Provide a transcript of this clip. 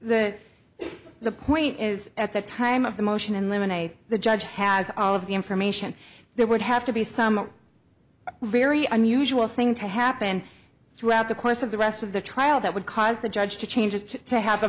the the point is at the time of the motion in limine i the judge has all of the information there would have to be some very unusual thing to happen throughout the course of the rest of the trial that would cause the judge to change to have a